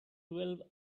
twelve